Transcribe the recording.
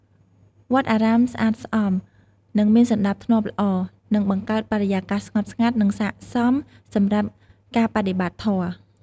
វត្តអារាមស្អាតស្អំ និងមានសណ្តាប់ធ្នាប់ល្អ នឹងបង្កើតបរិយាកាសស្ងប់ស្ងាត់ និងស័ក្តិសមសម្រាប់ការបដិបត្តិធម៌។